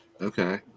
Okay